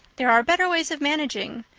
there are better ways of managing.